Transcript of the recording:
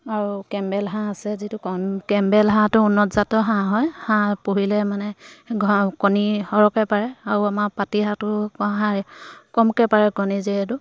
আৰু কেম্বেল হাঁহ আছে যিটো কণ কেম্বেল হাঁহটো উন্নতজাতৰ হাঁহ হয় হাঁহ পুহিলে মানে হ কণী সৰহকৈ পাৰে আৰু আমাৰ পাতি হাঁহটো হাঁহ কমকৈ পাৰে কণী যিহেতু